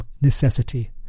necessity